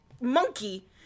monkey